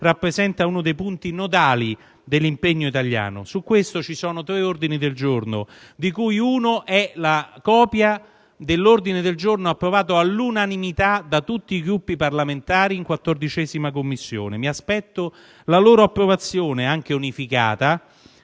rappresenta uno dei punti nodali dell'impegno italiano. Su questo ci sono tre ordini del giorno di cui uno è la copia dell'ordine del giorno approvato all'unanimità da tutti i Gruppi parlamentari in Commissione 14a. Mi aspetto la loro approvazione anche unificata